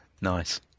nice